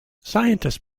scientists